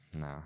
No